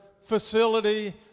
facility